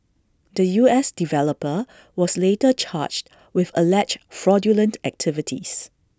the U S developer was later charged with alleged fraudulent activities